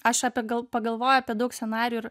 aš apie gal pagalvoju apie daug scenarijų ir